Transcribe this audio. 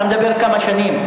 אתה מדבר כמה שנים.